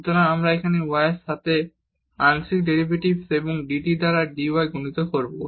সুতরাং আমরা এখানে y এর সাথে আংশিক ডেরিভেটিভ এবং dt দ্বারা dy দ্বারা গুণিত হবে